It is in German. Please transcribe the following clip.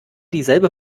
dieselbe